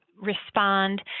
respond